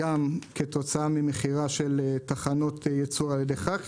גם כתוצאה ממכירה של תחנות ייצור על ידי חברת החשמל